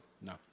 No